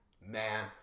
Man